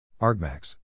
Argmax